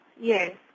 yes